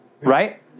Right